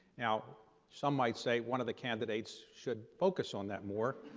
now, some might say one of the candidates should focus on that more.